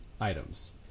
items